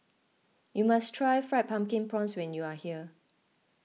you must try Fried Pumpkin Prawns when you are here